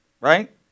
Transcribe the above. Right